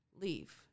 leave